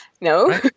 No